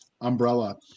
umbrella